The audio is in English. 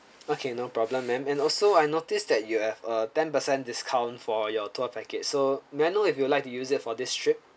okay no problem ma'am and also I notice that you have a ten percent discount for your tour package so may I know if you would like to use it for this trip